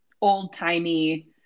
old-timey